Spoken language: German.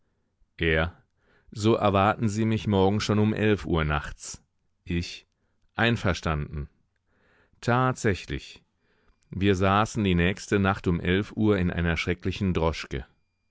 er so erwarten sie mich morgen schon um elf uhr nachts ich einverstanden tatsächlich wir saßen die nächste nacht um elf uhr in einer schrecklichen droschke